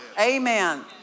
Amen